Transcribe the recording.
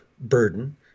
burden